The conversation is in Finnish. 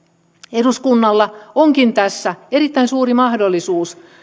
eduskunnalla onkin tässä erittäin suuri mahdollisuus